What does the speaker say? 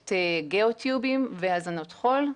פרויקט גיאוטיובים והזנות חול.